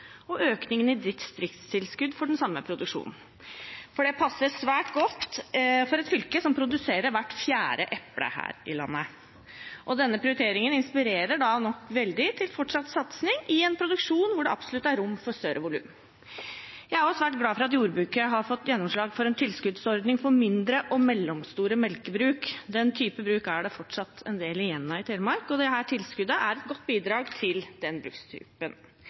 og økningen i distriktstilskudd for den samme produksjonen, for det passer svært godt for et fylke som produserer hvert fjerde eple her i landet. Denne prioriteringen inspirerer nok veldig til fortsatt satsing i en produksjon hvor det absolutt er rom for større volum. Jeg er også svært glad for at jordbruket har fått gjennomslag for en tilskuddsordning for mindre og mellomstore melkebruk. Den type bruk er det fortsatt en del igjen av i Telemark, og dette tilskuddet er et godt bidrag til den brukstypen.